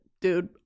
dude